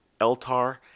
eltar